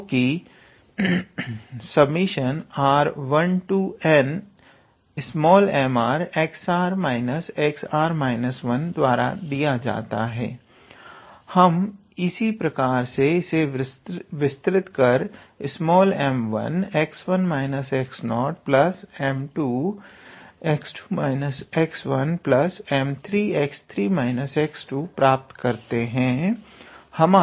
जो कि r1nmr द्वारा दिया जाता है हम इसी प्रकार से इसे विस्तृत कर 𝑚1𝑥1 − 𝑥0 𝑚2𝑥2 − 𝑥1 𝑚3𝑥3 − 𝑥2 प्राप्त करते हैं